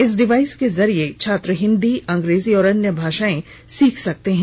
इस डिवाइस के जरिए छात्र हिंदी अंग्रेजी व अन्य भाषाओं को सीख सकते हैं